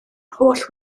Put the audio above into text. holl